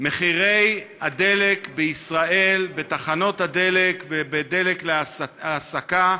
מחירי הדלק בישראל, בתחנות הדלק ודלק להסקה,